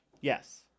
Yes